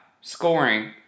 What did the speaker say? scoring